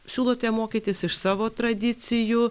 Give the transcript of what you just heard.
siūlote mokytis iš savo tradicijų